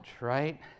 right